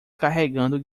carregando